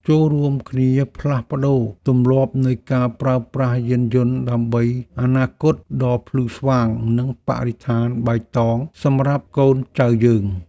ចូររួមគ្នាផ្លាស់ប្តូរទម្លាប់នៃការប្រើប្រាស់យានយន្តដើម្បីអនាគតដ៏ភ្លឺស្វាងនិងបរិស្ថានបៃតងសម្រាប់កូនចៅយើង។